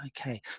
okay